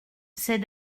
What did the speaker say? c’est